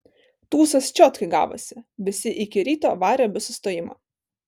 tūsas čiotkai gavosi visi iki ryto varė be sustojimo